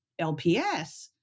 LPS